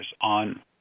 on